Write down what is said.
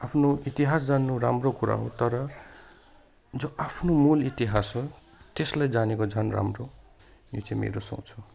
आफ्नो इतिहास जान्नु राम्रो कुरा हो तर जो आफ्नो मूल इतिहास हो त्यसलाई जानेको झन् राम्रो यो चाहिँ मेरो सोच हो